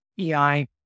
EI